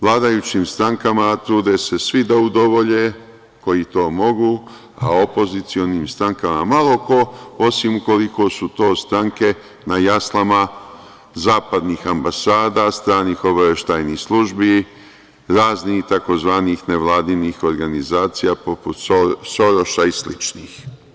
Vladajućim strankama trude se svi da udovolje, koji to mogu, a opozicionim strankama malo ko, osim ukoliko su to stranke na jaslama zapadnih ambasada, stranih obaveštajnih službi, raznih tzv. nevladinih organizacija, poput Soroša i sličnih.